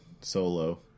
Solo